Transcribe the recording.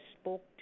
spoke